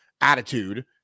attitude